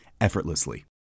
effortlessly